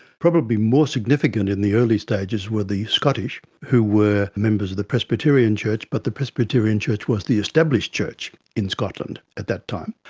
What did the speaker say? probably more significant in the early stages were the scottish who were members of the presbyterian church, but the presbyterian church was the established church in scotland at that time.